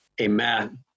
Amen